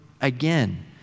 again